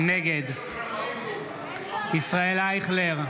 נגד ישראל אייכלר,